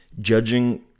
judging